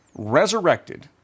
Resurrected